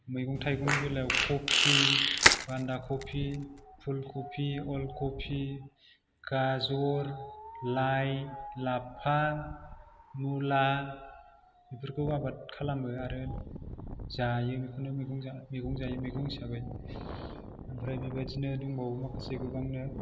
मैगं थाइगंनि बेलायाव खफि बान्दा खफि फुल खफि अल खफि गाजर लाइ लाफा मुला बेफोरखौ आबाद खालामो आरो जायो बेखौनो मैगं मैगं हिसाबै ओमफ्राइ बेबादिनो दंबावो माखासे गोबांनो